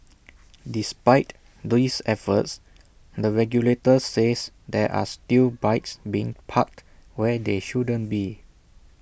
despite these efforts the regulator says there are still bikes being parked where they shouldn't be